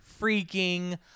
freaking